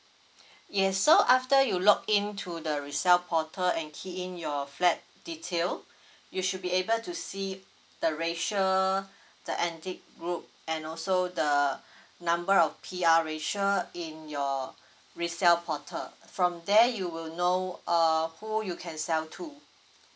yes so after you log in to the resell portal and key in your flat detail you should be able to see the racial the antique group and also the number of P_R racial in your resell portal from there you will know uh who you can sell to